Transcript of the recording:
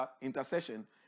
intercession